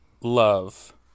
love